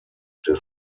des